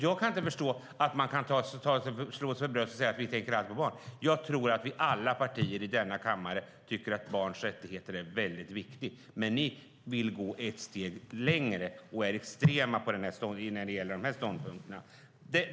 Jag kan inte förstå att ni kan slå er för bröstet och säga att ni alltid tänker på barn. Jag tror att alla partier i denna kammare tycker att barns rättigheter är väldigt viktigt. Men ni vill gå ett steg längre och är extrema när det gäller dessa ståndpunkter.